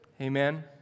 Amen